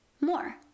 more